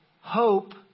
Hope